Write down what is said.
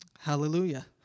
Hallelujah